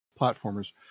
platformers